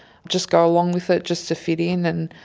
just go along with it just to fit in and,